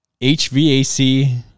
HVAC